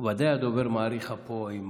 ודאי הדובר מאריך פה עם